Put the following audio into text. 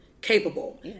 capable